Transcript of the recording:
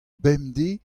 bemdez